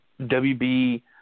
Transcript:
WB